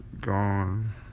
gone